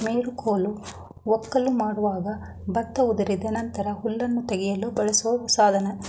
ಮೆರಕೋಲು ವಕ್ಕಲು ಮಾಡುವಾಗ ಭತ್ತ ಉದುರಿದ ನಂತರ ಹುಲ್ಲನ್ನು ತೆಗೆಯಲು ಬಳಸೋ ಸಾಧನ